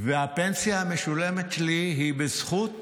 הפנסיה המשולמת שלי היא בזכות,